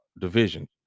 division